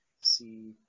see